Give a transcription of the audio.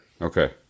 Okay